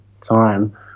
time